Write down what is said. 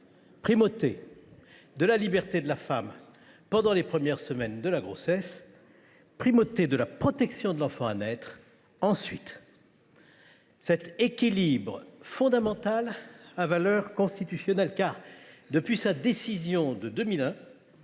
primauté de la liberté de la femme au cours des premières semaines de grossesse, primauté de la protection de l’enfant à naître ensuite. Cet équilibre fondamental a valeur constitutionnelle. En effet, depuis sa décision de 2001,